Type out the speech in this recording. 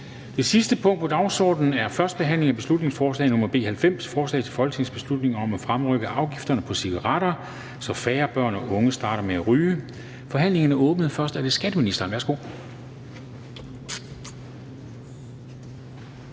Det sidste punkt på dagsordenen er: 48) 1. behandling af beslutningsforslag nr. B 90: Forslag til folketingsbeslutning om at fremrykke afgifterne på cigaretter, så færre børn og unge starter med at ryge. Af Per Larsen (KF) m.fl. (Fremsættelse